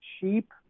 cheap